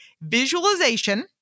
Visualization